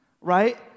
Right